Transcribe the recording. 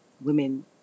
women